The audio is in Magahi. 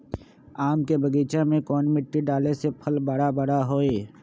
आम के बगीचा में कौन मिट्टी डाले से फल बारा बारा होई?